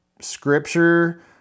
scripture